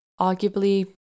Arguably